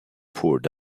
poured